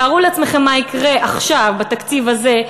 תארו לעצמכם מה יקרה עכשיו בתקציב הזה,